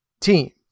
team